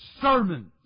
sermons